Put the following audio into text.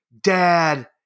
Dad